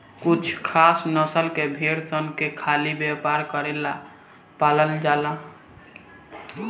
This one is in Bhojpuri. कुछ खास नस्ल के भेड़ सन के खाली व्यापार करेला पालल जाला